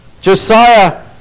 Josiah